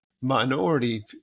minority